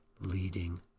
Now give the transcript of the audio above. leading